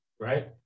right